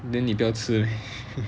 then 你不要吃